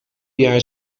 jaar